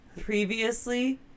previously